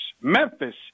Memphis